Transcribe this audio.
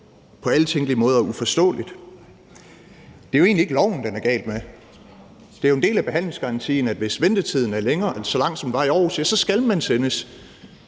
på alle tænkelige måder uforståeligt. Det er jo egentlig ikke loven, den er gal med. Det er jo en del af behandlingsgarantien, at hvis ventetiden er længere end så lang, som den var i Aarhus, skal man sendes